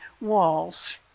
walls